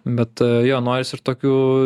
bet jo norisi ir tokių